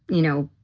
you know,